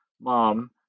Mom